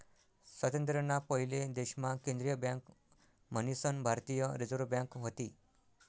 स्वातंत्र्य ना पयले देश मा केंद्रीय बँक मन्हीसन भारतीय रिझर्व बँक व्हती